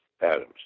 Adams